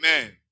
Amen